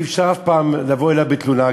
אי-אפשר אף פעם לבוא אליו בתלונה.